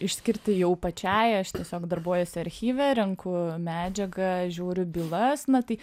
išskirti jau pačiai aš tiesiog darbuojuosi archyve renku medžiagą žiūriu bylas na tai